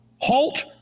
Halt